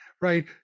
right